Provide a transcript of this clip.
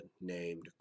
named